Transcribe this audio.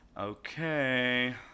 okay